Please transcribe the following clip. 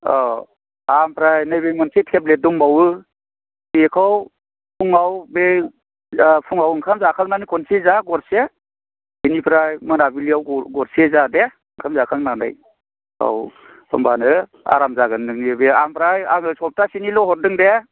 औ ओमफ्राय नैबे मोनसे टेब्लेट दंबावो बेखौ फुङाव बे फुङाव ओंखाम जाखांनानै खनसे जा गरसे बिनिफ्राय मोनाबिलियाव गरसे जा दे ओंखाम जाखांनानै औ होनबानो आराम जागोन नोंनि बे ओमफ्राय आङो सप्ताहसेनिल' हरदों दे